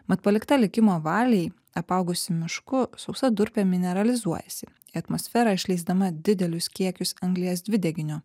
mat palikta likimo valiai apaugusi mišku sausa durpė mineralizuojasi į atmosferą išleisdama didelius kiekius anglies dvideginio